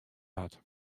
hat